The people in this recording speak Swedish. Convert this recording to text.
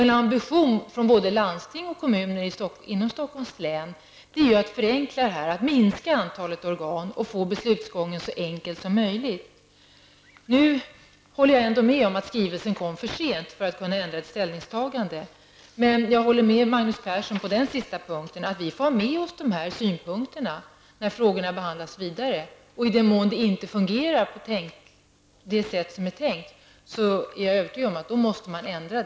En ambition både från Stockholms län och från kommuner inom Stockholms län är ju att åstadkomma en förenkling. Det gäller att minska antalet organ och att få till stånd en så enkel beslutsgång som möjligt. Jag håller i och för sig med om att skrivelsen kom för sent för att det skulle gå att ändra gjorda ställningstagande. Beträffande den sista punkten håller jag med Magnus Persson om att vi får ta med oss dessa synpunkter i den fortsatta behandlingen av frågorna. I den mån det inte skulle fungera så som det var tänkt måste det, därom är jag övertygad, bli en ändring.